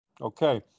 Okay